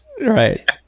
Right